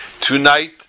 Tonight